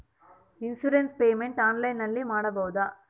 Insurance payment ಆನ್ಲೈನಿನಲ್ಲಿ ಮಾಡಬಹುದಾ?